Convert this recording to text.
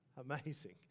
Amazing